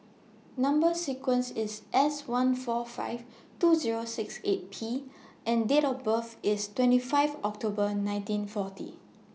Number sequence IS S one four five two Zero six eight P and Date of birth IS twenty five October nineteen forty